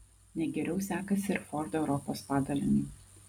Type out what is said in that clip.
ne geriau sekasi ir ford europos padaliniui